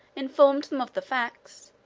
informed them of the facts,